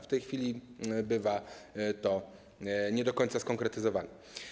W tej chwili bywa to nie do końca skonkretyzowane.